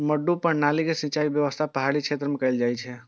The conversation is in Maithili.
मड्डू प्रणाली के सिंचाइ व्यवस्था पहाड़ी क्षेत्र मे कैल जाइ छै